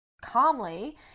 calmly